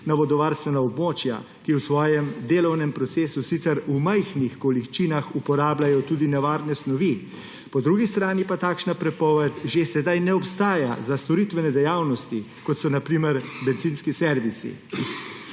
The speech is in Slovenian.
na vodovarstvena območja, ki v svojem delovnem procesu sicer v majhnih količinah uporabljajo tudi nevarne snovi. Po drugi strani pa takšna prepoved že sedaj ne obstaja za storitvene dejavnosti, kot so na primer bencinski servisi.